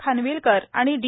खानविलकर आणि डी